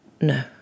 No